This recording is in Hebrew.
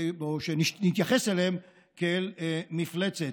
שנתייחס אליהם כאל מפלצת.